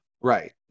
Right